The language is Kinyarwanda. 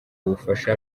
ubufasha